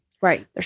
Right